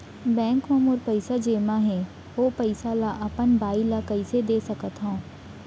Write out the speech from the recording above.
Bank म मोर पइसा जेमा हे, ओ पइसा ला अपन बाई ला कइसे दे सकत हव?